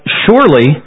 surely